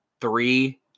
three